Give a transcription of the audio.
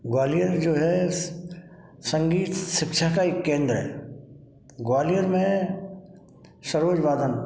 ग्वालियर जो है संगीत शिक्षा का एक केंद्र है ग्वालियर में सरोदवादन